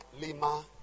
Lima